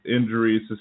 injuries